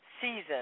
season